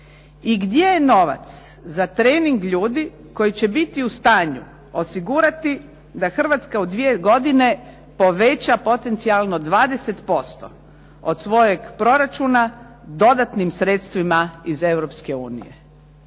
I gdje je novac za trening ljudi koji će biti u stanju osigurati da Hrvatska u dvije godine poveća potencijalno 20% od svojeg proračuna dodatnim sredstvima iz